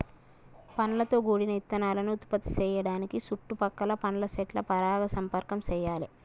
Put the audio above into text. పండ్లతో గూడిన ఇత్తనాలను ఉత్పత్తి సేయడానికి సుట్టు పక్కల పండ్ల సెట్ల పరాగ సంపర్కం చెయ్యాలే